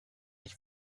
ich